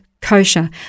kosher